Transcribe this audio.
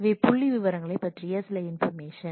இவை புள்ளிவிவரங்களைப் பற்றிய சில இன்பரமேஷன்